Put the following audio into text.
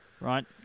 right